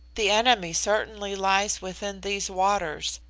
the enemy certainly lies within these waters,